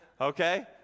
Okay